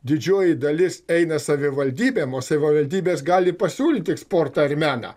didžioji dalis eina savivaldybėm o savivaldybės gali pasiūlyti tik sportą ar meną